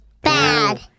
Bad